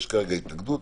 יש כרגע התנגדות,